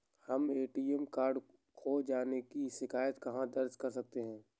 हम ATM card खो जाने की शिकायत कहाँ दर्ज कर सकते हैं?